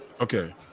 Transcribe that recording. Okay